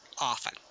often